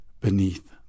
beneath